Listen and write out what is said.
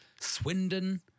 Swindon